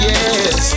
Yes